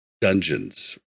dungeons